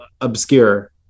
obscure